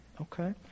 Okay